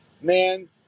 man